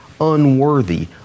unworthy